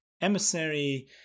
Emissary